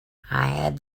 have